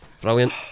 Brilliant